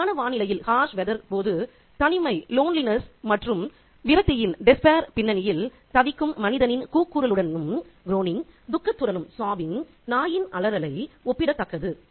கடுமையான வானிலையின் போது தனிமை மற்றும் விரக்தியின் பின்னணியில் தவிக்கும் மனிதனின் கூக்குரலுடனும் துக்கத்துடனும் நாயின் அலறல் ஒப்பிடத்தக்கது